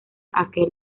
aquel